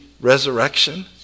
resurrection